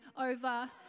over